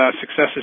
successes